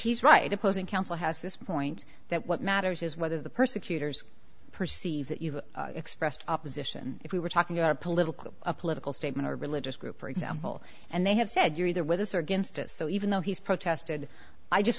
he's right opposing counsel has this point that what matters is whether the persecutors perceive that you've expressed opposition if we were talking about a political a political statement or a religious group for example and they have said you're either with us or against us so even though he's protested i just